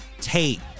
Tate